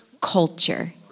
culture